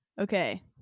Okay